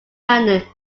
around